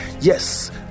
yes